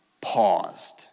paused